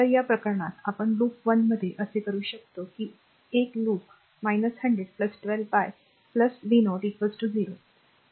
तर या प्रकरणात आपण लूप 1 मध्ये असे करू शकतो कि 1 लूप 1 100 12 बाय r v0 0